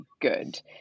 good